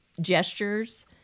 gestures